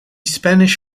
spanish